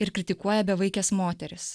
ir kritikuoja bevaikes moteris